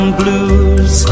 blues